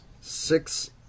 six